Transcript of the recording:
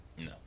No